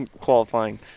qualifying